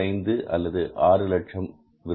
5 அல்லது ஆறு லட்சம் விற்பனை